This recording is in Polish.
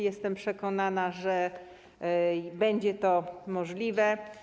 Jestem przekonana, że będzie to możliwe.